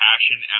Passion